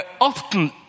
often